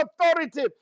authority